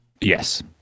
Yes